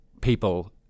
people